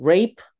Rape